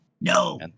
No